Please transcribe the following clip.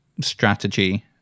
strategy